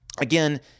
Again